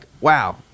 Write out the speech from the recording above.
wow